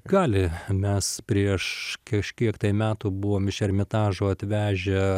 gali mes prieš kažkiek tai metų buvom iš ermitažo atvežę